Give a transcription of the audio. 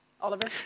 Oliver